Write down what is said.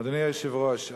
אדוני היושב-ראש,